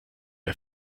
der